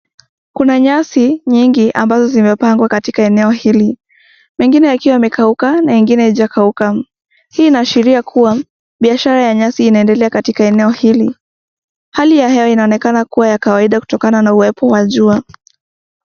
Kuna nyasi nyingi ambazo zimepangwa katika eneo hili, mengine yakiwa yamekauka na ingine haijakauka, hii inaashiria ya kua biashara ya nyasi inaendelea katika eneo hili. Hali ya hewa inaonekana kuwa ya kawaida kutokana na uwepo wa jua.